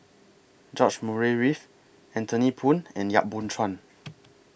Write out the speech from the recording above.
George Murray Reith Anthony Poon and Yap Boon Chuan